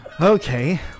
Okay